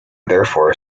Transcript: therefore